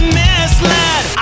misled